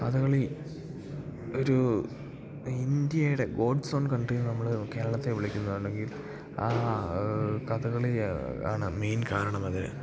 കഥകളി ഒരു ഇന്ത്യയുടെ God's own country എന്ന് നമ്മൾ കേരളത്തെ വിളിക്കുന്നുണ്ടെങ്കിൽ ആ കഥകളി ആണ് മെയിൻ കാരണം അതിന്